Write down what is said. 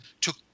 took